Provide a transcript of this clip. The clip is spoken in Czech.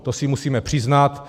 To si musíme přiznat.